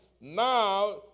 Now